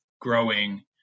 growing